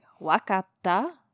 wakata